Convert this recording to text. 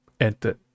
entered